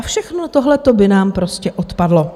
Všechno tohle to by nám prostě odpadlo.